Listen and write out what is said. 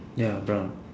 ya brown